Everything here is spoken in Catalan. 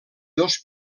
dos